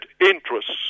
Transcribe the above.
interests